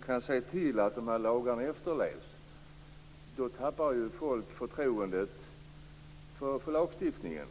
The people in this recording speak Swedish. kan se till att lagarna efterlevs tappar folk förtroendet för lagstiftningen.